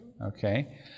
Okay